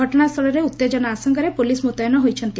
ଘଟଶାସ୍ଚଳରେ ଉତେଜନା ଆଶଙ୍କାରେ ପୋଲିସ୍ ମୁତୟନ ହୋଇଛନ୍ତି